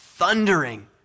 thundering